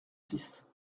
six